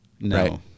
No